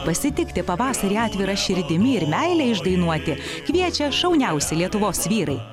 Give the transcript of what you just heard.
pasitikti pavasarį atvira širdimi ir meilę išdainuoti kviečia šauniausi lietuvos vyrai